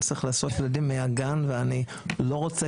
אני צריך להוציא ילדים מהגן ,ואני לא רוצה